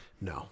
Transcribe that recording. No